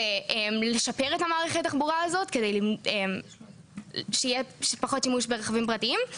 זה לשפר את מערך התחבורה הזאת כדי שיהיה פחות שימוש ברכבים פרטיים,